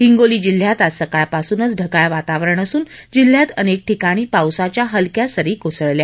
हिंगोली जिल्ह्यात आज सकाळपासूनच ढगाळ वातावरण असून जिल्ह्यात अनेक ठिकाणी पावसाच्या हलक्या सरी कोसळल्या